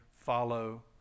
Follow